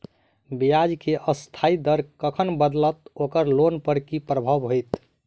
ब्याज केँ अस्थायी दर कखन बदलत ओकर लोन पर की प्रभाव होइत?